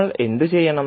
നമ്മൾ എന്തുചെയ്യണം